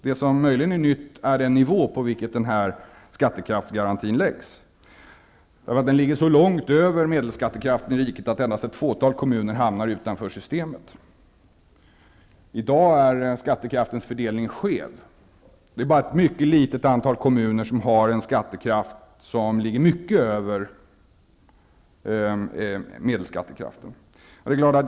Det som möjligen är nytt är den nivå på vilken skattekraftsgarantin läggs. Den ligger så långt över medelskattekraften i riket att endast ett fåtal kommuner hamnar utanför systemet. I dag är skattekraftens fördelning skev. Men det är bara ett litet antal kommuner som ligger mycket över medelskattekraften.